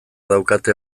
daukate